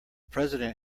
president